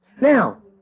Now